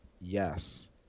yes